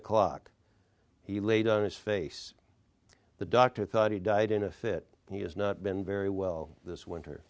o'clock he laid on his face the doctor thought he died in a fit he has not been very well this winter